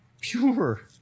pure